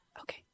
Okay